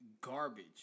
garbage